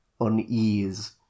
unease